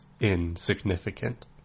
insignificant